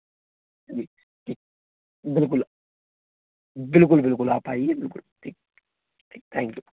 जी जी बिल्कुल बिल्कुल बिल्कुल आप आइए बिल्कुल ठीक जी थैंक यू